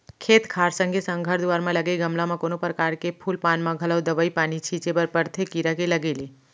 खेत खार संगे संग घर दुवार म लगे गमला म कोनो परकार के फूल पान म घलौ दवई पानी छींचे बर परथे कीरा के लगे ले